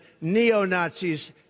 neo-Nazis